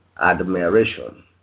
admiration